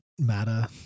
matter